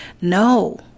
No